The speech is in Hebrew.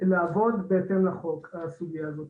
לעבוד בהתאם לחוק, הסוגיה הזאת.